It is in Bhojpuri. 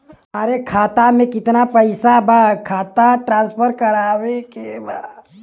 हमारे खाता में कितना पैसा बा खाता ट्रांसफर करावे के बा?